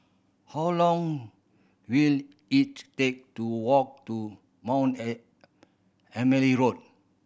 how long will it take to walk to Mount Emily Road